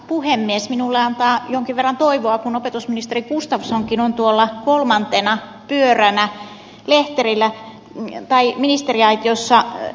minulle antaa jonkin verran toivoa kun opetusministeri gustafssonkin on tuolla kolmantena pyöränä ministeriaitiossa